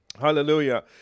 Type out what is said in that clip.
Hallelujah